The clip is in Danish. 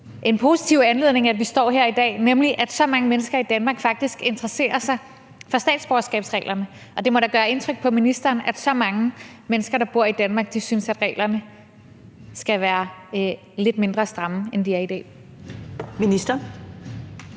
en positiv anledning, vi står her i dag, nemlig at så mange mennesker i Danmark faktisk interesserer sig for statsborgerskabsreglerne, og det må da gøre indtryk på ministeren, at så mange mennesker, der bor i Danmark, synes, at reglerne skal være lidt mindre stramme, end de er i dag. Kl.